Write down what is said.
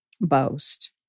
boast